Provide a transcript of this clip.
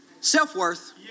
self-worth